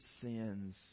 sins